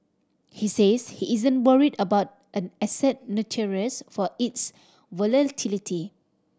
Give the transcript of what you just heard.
he says he isn't worried about an asset notorious for its volatility